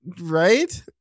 Right